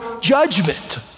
judgment